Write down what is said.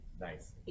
Nice